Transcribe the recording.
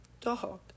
Dog